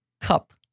cup